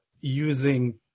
using